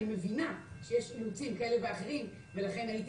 אני מבינה שיש נושאים כאלה ואחרים ולכן הייתי